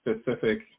specific